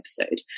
episode